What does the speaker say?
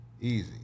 Easy